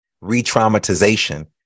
re-traumatization